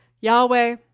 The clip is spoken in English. Yahweh